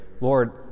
Lord